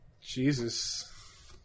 Jesus